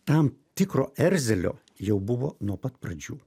tam tikro erzelio jau buvo nuo pat pradžių